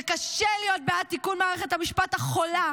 זה קשה להיות בעד תיקון מערכת המשפט החולה,